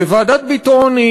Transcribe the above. ועדת ביטון,